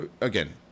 again